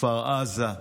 כפר עזה,